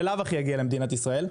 בלאו הכי יגיע למדינת ישראל.